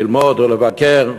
ללמוד או לבקר,